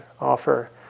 offer